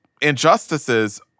injustices